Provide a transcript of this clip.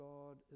God